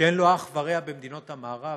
שאין לו אח ורע במדינות המערב.